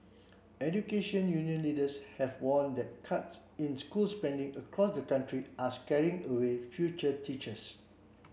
education union leaders have warned that cuts in school spending across the country are scaring away future teachers